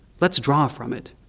let's draw from it,